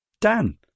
dan